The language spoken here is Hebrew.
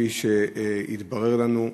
כפי שהתברר לנו.